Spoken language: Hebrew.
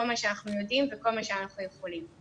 מה שאנחנו יודעים וכל מה שאנחנו יכולים.